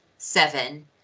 seven